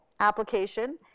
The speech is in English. application